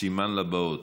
סימן לבאות.